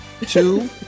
two